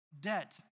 debt